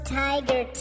tiger